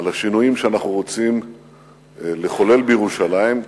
על השינויים שאנחנו רוצים לחולל בירושלים.